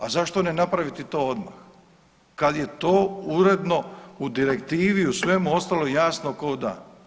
A zašto ne napraviti to odmah kad je to uredno u direktivi, u svemu ostalom jasno k'o dan?